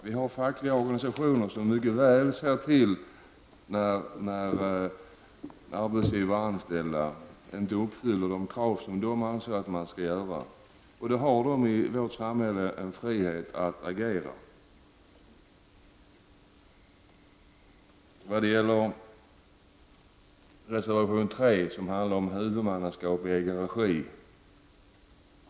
Vi har fackliga organisationer som mycket väl ser till när arbetsgivare och anställda inte uppfyller de krav som de anser att man skall uppfylla. I vårt samhälle har de en frihet att agera. Reservation nr 3 handlar om huvudmannaskap i egen regi.